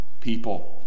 people